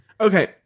Okay